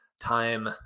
time